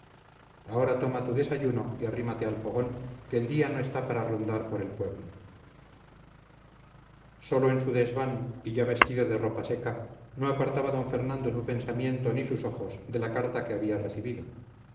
ahora toma tu desayuno y arrímate al fogón que el día no está para rondar por el pueblo solo en su desván y ya vestido de ropa seca no apartaba d fernando su pensamiento ni sus ojos de la carta que había recibido